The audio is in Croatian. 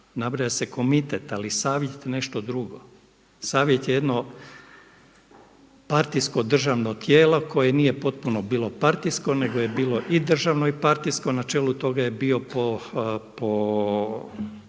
nabraja se komitet, ali savjet je nešto drugo. Savjet je jedno partijsko državno tijelo koje nije bilo potpuno partijsko nego je bilo i državno i partijsko, na čelu toga je bio po